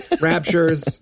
raptures